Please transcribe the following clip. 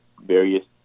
various